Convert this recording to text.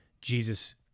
Jesus